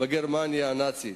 בגרמניה הנאצית.